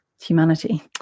humanity